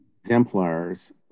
exemplars